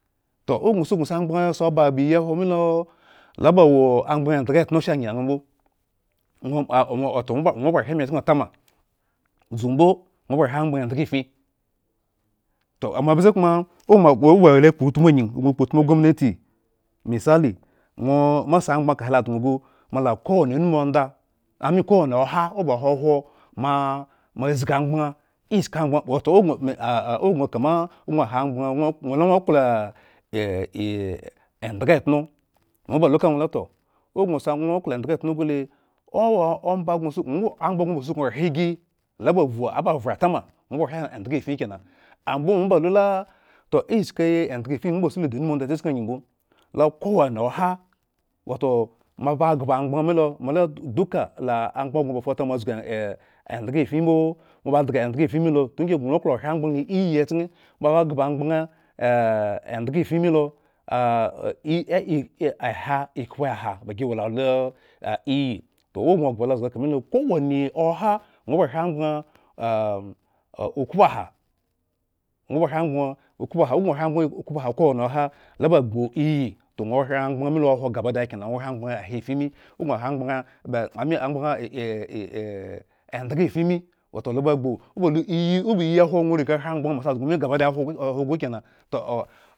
Toh ogŋo suknu siamgban aŋ si oba iyi ehwo milo, lo ba wo amgban endhga etno sha angi nga mbo, ŋwo aŋwo wato. ŋwo ba. ohre emachken otama, dzumbo ŋwo ba ohre amgban endh ga efin, toh amo abze koma o moagwe ŋwo wo areakpotmu. angyi, gŋo kpot mu ogomnati mesali ŋwo mo asi amgban kala lo adŋ gu mola, ko woni unuma onda, amin ko woni oha owoba oha hwo moa mozgi amgbaŋ ishki amgbaŋ wato owo gŋo ah ogŋo kama ogŋoha amgbaŋ gŋ-gŋo la ŋwo klo ah eh endhga etno, mo ba luka ŋwo toh ogŋsiamgban la ŋwo klo endhga etno gule owo omba gŋo suknu, amgban gŋo ba suknu ohre gi lo ba vhu aba suknu vhre atama ŋwo ba ohre endhga efin kena, ambo mobalula toh iski endhga efin he ŋwo ba si lo di. unuma onda checken angyi mbo la kowai oha, wato moaba ghba amgban milo mola duka la amgbangŋa ba fata ma zgi ehendhga efin mbo? Mo ba ghba endhga efain milo tunda gŋa oklo ohre amgbaŋ efin milo ekhpeha ba giwo lalo, a iyi, toh owo gŋoghba lo zga kamilo. ko woni oha ŋwo ba ohre amgbaŋ okhpoaha, ogŋo ohre amgbaŋ okhpoaha kowoni oha lo ba gbuiyi, toh ŋwo ohre amgbaŋ eha efin mi, ogŋo hre amgbaŋ ba amineh endhga efin mi wato do ba gbu, obaiyiehwo riga ohre amgbaŋ moasizga ŋwo mi gabadaya hwo oh hwo gukena